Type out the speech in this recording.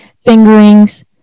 fingerings